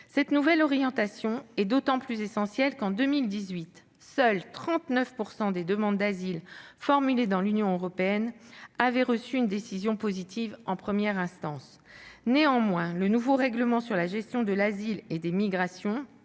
Cette nouvelle orientation est d'autant plus essentielle que seules 39 % des demandes d'asile formulées dans l'Union européenne en 2018 avaient reçu une décision positive en première instance. Toutefois, le nouveau règlement sur la gestion de l'asile et des migrations,